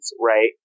Right